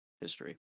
history